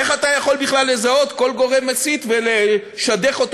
איך אתה בכלל יכול לזהות כל גורם מסית ולשדך אותו